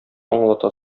аңлата